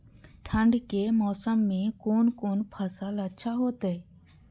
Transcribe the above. ठंड के मौसम में कोन कोन फसल अच्छा होते?